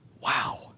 Wow